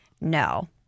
No